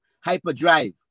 hyperdrive